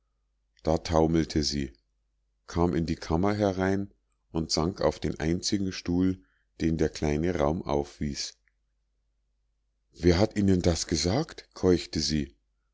da taumelte sie kam in die kammer herein und sank auf den einzigen stuhl den der kleine raum aufwies wer hat ihnen das gesagt keuchte sie